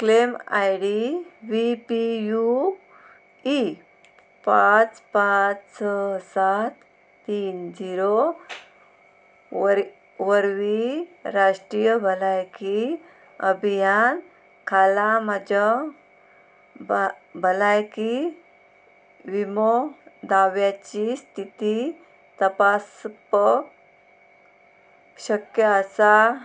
claim I D V P U E पांच पांच स सात तीन झिरो वर वरवीं राष्ट्रीय भलायकी अभियान खाला म्हजो भ भलायकी विमो दाव्याची स्थिती तपासप शक्य आसा